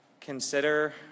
consider